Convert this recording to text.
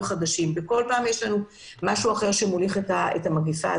חדשים וכל פעם יש משהו אחר שמוליך את המגפה.